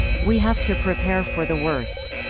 we have to prepare for the worst.